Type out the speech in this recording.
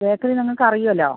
bakery നിങ്ങൾക്ക് അറിയാമല്ലൊ